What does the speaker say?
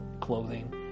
clothing